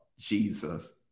Jesus